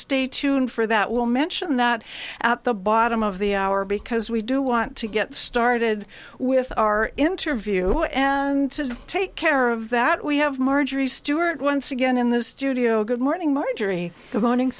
stay tuned for that we'll mention that at the bottom of the hour because we do want to get started with our interview and to take care of that we have marjorie stewart once again in the studio good morning mar